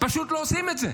פשוט לא עושים את זה.